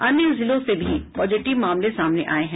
अन्य जिलों से भी पॉजिटिव मामले सामने आये हैं